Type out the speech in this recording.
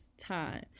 time